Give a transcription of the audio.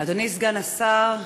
אדוני סגן השר,